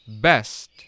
best